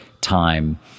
time